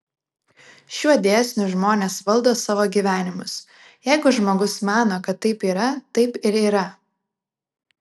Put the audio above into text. šiuo dėsniu žmonės valdo savo gyvenimus jeigu žmogus mano kad taip yra taip ir yra